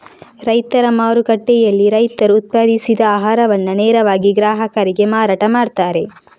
ರೈತರ ಮಾರುಕಟ್ಟೆಯಲ್ಲಿ ರೈತರು ಉತ್ಪಾದಿಸಿದ ಆಹಾರವನ್ನ ನೇರವಾಗಿ ಗ್ರಾಹಕರಿಗೆ ಮಾರಾಟ ಮಾಡ್ತಾರೆ